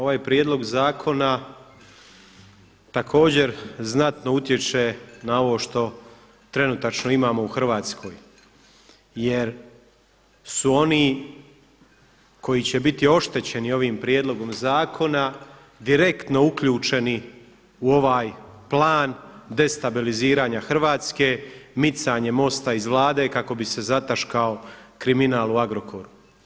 Ovaj prijedlog zakona također znatno utječe na ovo što trenutačno imamo u Hrvatskoj jer su oni koji će biti oštećeni ovim prijedlogom zakona direktno uključeni u ovaj plan destabiliziranja Hrvatske, micanje MOST-a iz Vlade kako bi se zataškao kriminal u Agrokoru.